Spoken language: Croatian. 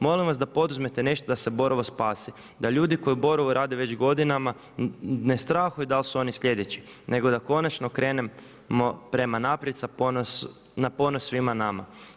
Molim vas da poduzmete nešto da se Borovo spasi, da ljudi koji u Borovu rade već godinama ne strahuju da li su oni sljedeći nego da konačno krenemo prema naprijed na ponos svima nama“